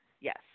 yes